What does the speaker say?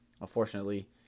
unfortunately